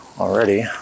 already